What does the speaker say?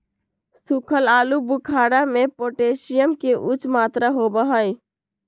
सुखल आलू बुखारा में पोटेशियम के उच्च मात्रा होबा हई